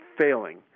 failing